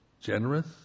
generous